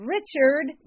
Richard